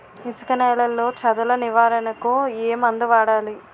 ఇసుక నేలలో చదల నివారణకు ఏ మందు వాడాలి?